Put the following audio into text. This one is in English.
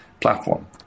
platform